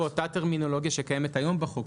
השתמשנו באותה טרמינולוגיה שקיימת היום בחוק,